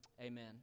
Amen